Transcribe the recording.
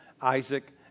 Isaac